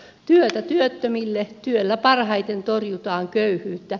työtä työttömille työllä parhaiten torjutaan köyhyyttä